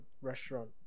restaurant